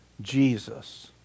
Jesus